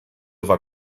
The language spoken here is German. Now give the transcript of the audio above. war